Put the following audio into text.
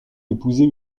épousé